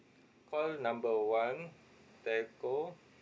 call number one telco